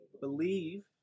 believe